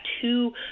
two